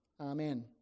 Amen